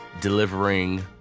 delivering